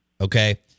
Okay